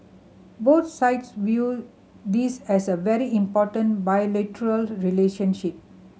both sides view this as a very important bilateral relationship